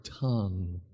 tongue